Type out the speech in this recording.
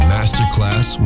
Masterclass